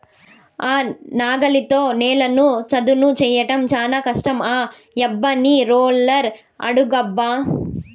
ఆ నాగలితో నేలను చదును చేయడం చాలా కష్టం ఆ యబ్బని రోలర్ అడుగబ్బా